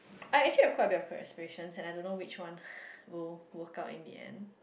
I actually have quite vocal expressions and I don't know which one will work out in the end